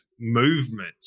movement